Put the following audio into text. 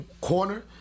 corner